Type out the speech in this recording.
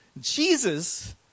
Jesus